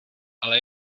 ale